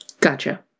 Gotcha